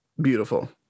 Beautiful